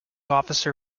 officer